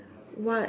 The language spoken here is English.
what